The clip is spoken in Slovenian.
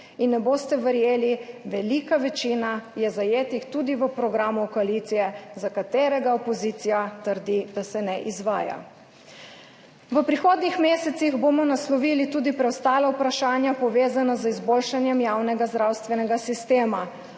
In ne boste verjeli, velika večina je zajetih tudi v programu koalicije, za katerega opozicija trdi, da se ne izvaja. V prihodnjih mesecih bomo naslovili tudi preostala vprašanja, povezana z izboljšanjem javnega zdravstvenega sistema.